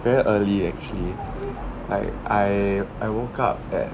very early actually like I I woke up at